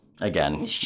Again